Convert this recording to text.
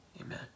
Amen